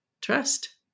trust